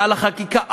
מעל החקיקה,